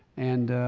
and,